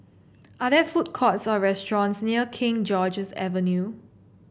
are there food courts or restaurants near King George's Avenue